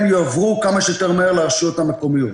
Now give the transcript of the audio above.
יועברו כמה שיותר מהר לרשויות המקומיות.